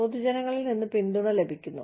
പൊതുജനങ്ങളിൽ നിന്ന് പിന്തുണ ലഭിക്കുന്നു